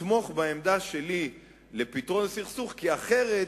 תתמוך בעמדה שלי לפתרון הסכסוך, כי אחרת